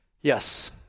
Yes